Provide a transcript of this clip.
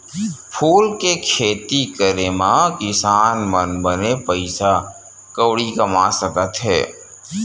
फूल के खेती करे मा किसान मन बने पइसा कउड़ी कमा सकत हे